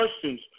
questions